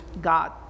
God